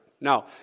Now